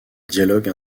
dialogue